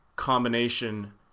Combination